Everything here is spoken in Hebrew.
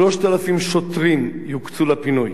3,000 שוטרים יוקצו לפינוי,